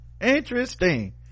Interesting